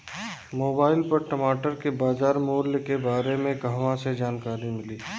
Mobile पर टमाटर के बजार मूल्य के बारे मे कहवा से जानकारी मिली?